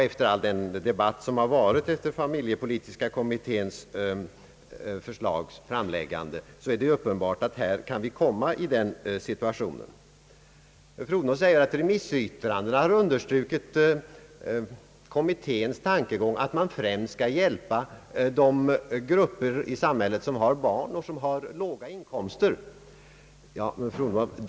Efter all den debatt som har förekommit sedan familjepolitiska kommittén lade fram sitt förslag är det uppenbart att vi kan hamna i den situationen. Fru Odhnoff framhåller att remissyttrandena har understrukit kommitténs tankegång att man främst skall hjälpa de grupper i samhället som har barn och låga inkomster.